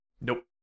nope